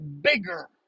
bigger